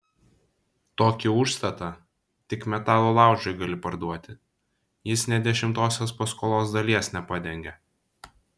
tokį užstatą tik metalo laužui gali parduoti jis nė dešimtosios paskolos dalies nepadengia